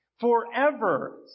forever